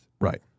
Right